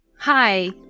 Hi